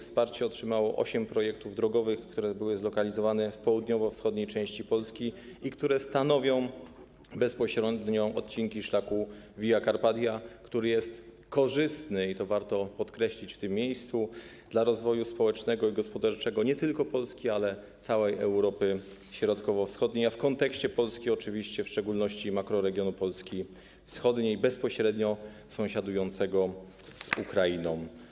Wsparcie otrzymało osiem projektów drogowych, które były zlokalizowane w południowo-wschodniej części Polski i które stanowią bezpośrednio odcinki szlaku Via Carpatia, który jest korzystny, i to warto podkreślić w tym miejscu, dla rozwoju społecznego i gospodarczego nie tylko Polski, ale całej Europy Środkowo-Wschodniej, a w kontekście Polski oczywiście w szczególności dla makroregionu Polski wschodniej bezpośrednio sąsiadującego z Ukrainą.